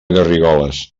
garrigoles